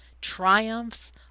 triumphs